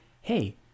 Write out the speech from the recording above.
hey